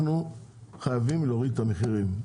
אנחנו חייבים להוריד את המחירים.